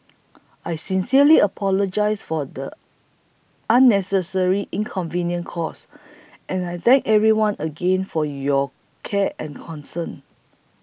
I sincerely apologise for the unnecessary inconveniences caused and I thank everyone again for your care and concern